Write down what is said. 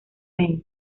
fame